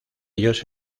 ellos